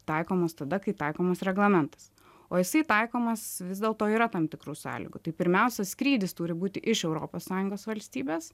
taikomos tada kai taikomas reglamentas o jisai taikomas vis dėlto yra tam tikrų sąlygų tai pirmiausia skrydis turi būti iš europos sąjungos valstybės